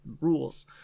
rules